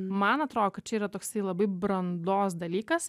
man atrodo kad čia yra toksai labai brandos dalykas